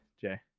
Jay